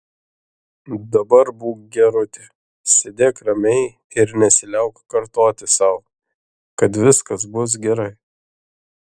dabar būk gerutė sėdėk ramiai ir nesiliauk kartoti sau kad viskas bus gerai